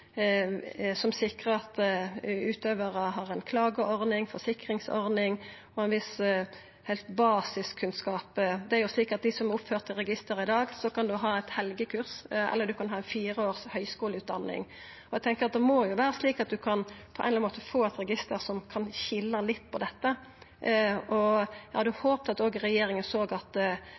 sikrar at utøvarar har ei klageordning, forsikringsordning og ein viss basiskunnskap. Det er jo slik at dei som er oppførte i registeret i dag, kan ha hatt eit helgekurs, eller dei kan ha hatt ei fireårig høgskuleutdanning. Eg tenkjer at det må vera slik at ein på ein eller annan måte kan få eit register som kan skilja litt på dette. Eg hadde håpt at regjeringa ville gå inn og